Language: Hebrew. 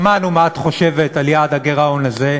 שמענו מה את חושבת על יעד הגירעון הזה,